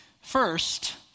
First